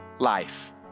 life